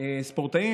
תופעה אצל ספורטאים,